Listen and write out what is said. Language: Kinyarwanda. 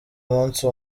umunsi